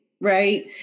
Right